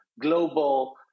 global